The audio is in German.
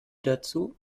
dazu